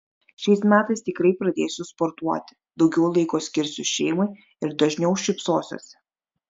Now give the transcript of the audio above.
šiais metais tikrai pradėsiu sportuoti daugiau laiko skirsiu šeimai ir dažniau šypsosiuosi